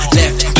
left